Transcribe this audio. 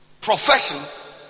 profession